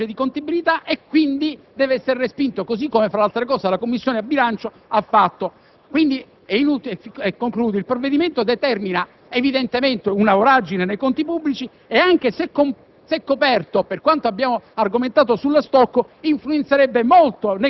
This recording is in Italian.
non risponde al contenuto dell'articolo 11-*ter*, comma 2, della legge di contabilità, e quindi deve essere respinta così come la Commissione bilancio ha fatto. In conclusione, il provvedimento determina evidentemente una voragine nei conti pubblici e, anche se coperto,